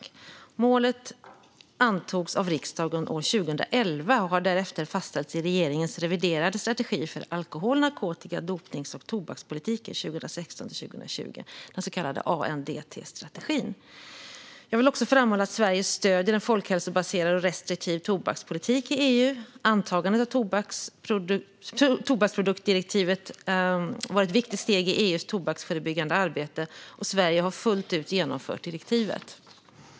Målet antogs av riksdagen år 2011 och har därefter fastställts i regeringens reviderade strategi för alkohol narkotika-, dopnings och tobakspolitiken 2016-2020, den så kallade ANDT-strategin. Jag vill också framhålla att Sverige stöder en folkhälsobaserad och restriktiv tobakspolitik i EU. Antagandet av tobaksproduktdirektivet var ett viktigt steg i EU:s tobaksförebyggande arbete, och Sverige har fullt ut genomfört direktivet.